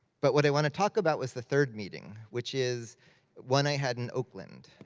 but what i wanna talk about was the third meeting, which is one i had in oakland.